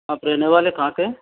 आप रहने वाले कहाँ के हैं